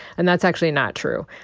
and that's actually not true.